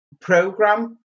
program